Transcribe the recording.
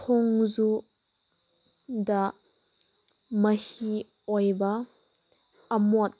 ꯊꯣꯡꯖꯨꯗ ꯃꯍꯤ ꯑꯣꯏꯕ ꯑꯃꯣꯠ